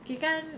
kira kan